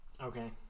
Okay